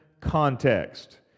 context